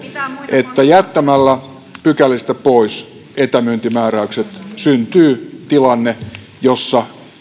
että jättämällä pykälistä pois etämyyntimääräykset syntyy tilanne jossa